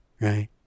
Right